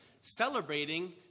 celebrating